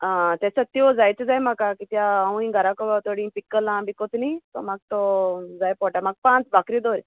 आ तेचो त्यो जायत्यो जाय म्हाका कित्या हांवूय घराक थोडी पिकल आ बिकोत न्ही सो म्हाक तो जाय पोटा म्हाका पांच बाकरी धोर